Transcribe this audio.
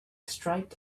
striped